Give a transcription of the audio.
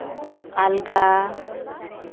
ᱟᱞᱜᱟ